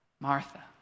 martha